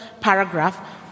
paragraph